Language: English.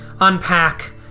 Unpack